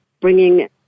bringing